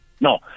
No